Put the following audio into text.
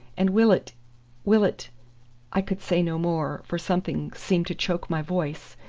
and will it will it i could say no more, for something seemed to choke my voice,